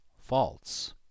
false